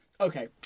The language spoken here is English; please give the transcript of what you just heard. okay